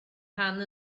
rhan